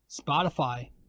Spotify